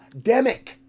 demic